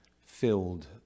filled